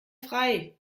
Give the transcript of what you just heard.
frei